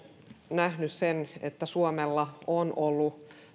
nähnyt sen että suomella on ollut